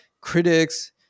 critics